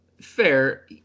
Fair